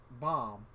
bomb